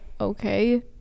okay